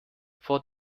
vor